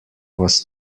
was